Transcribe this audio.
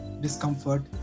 discomfort